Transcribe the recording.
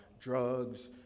drugs